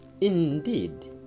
Indeed